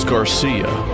Garcia